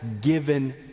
given